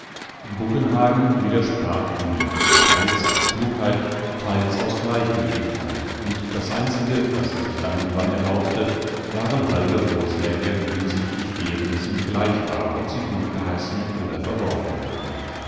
buggenhagen widersprach nie theils aus klugheit theils aus gleichgültigkeit und das einzige was er sich dann und wann erlaubte waren halbe vorschläge hinsichtlich deren es ihm gleich war ob sie gutgeheißen oder verworfen wurden